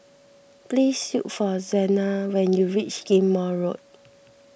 please look for Xena when you reach Ghim Moh Road